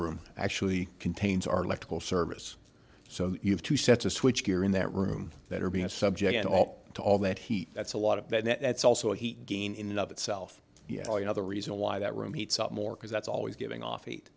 room actually contains our electrical service so you have to set a switch here in that room that are being a subject at all to all that heat that's a lot of that's also heat gain in of itself you know you know the reason why that room heats up more because that's always giving off